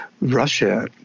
Russia